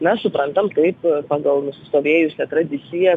mes suprantam taip pagal nusistovėjusią tradiciją